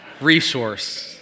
resource